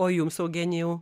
o jums eugenijau